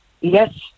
Yes